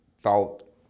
thought